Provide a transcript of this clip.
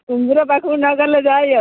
କୁମ୍ଭୀର ପାଖକୁ ନଗଲେ ଯାଇ ହେବ